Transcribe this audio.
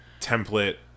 template